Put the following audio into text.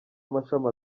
amashami